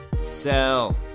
Sell